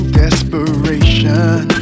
desperation